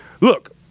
Look